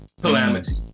calamity